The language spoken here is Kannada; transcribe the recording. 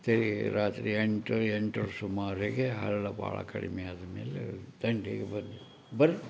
ಸರಿ ರಾತ್ರಿ ಎಂಟು ಎಂಟ್ರ ಸುಮಾರಿಗೆ ಹಳ್ಳ ಭಾಳ ಕಡಿಮೆ ಆದ್ಮೇಲೆ ದಂಡೆಗೆ ಬಂದೆವು ಬಂದು